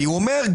כי הוא אומר,